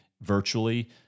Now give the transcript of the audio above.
virtually